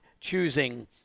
choosing